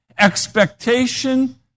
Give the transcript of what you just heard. expectation